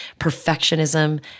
perfectionism